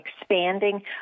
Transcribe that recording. expanding